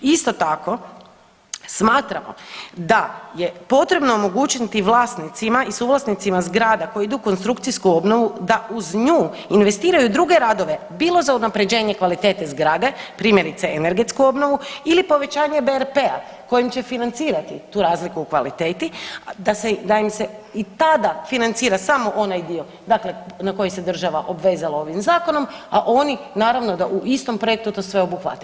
Isto tako smatramo da je potrebno omogućiti vlasnicima i suvlasnicima zgrada koje idu u konstrukcijsku obnovu da uz nju investiraju druge radove bilo za unaprjeđenje kvalitete zgrade, primjerice energetsku obnovu ili povećanje BRP-a kojim će financirati tu razliku u kvalitetu, da im se i tada financira samo onaj dio dakle na koji se država obvezala ovim zakonom, a oni naravno da u istom projektu to sve obuhvate.